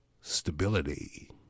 stability